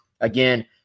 Again